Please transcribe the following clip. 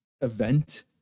event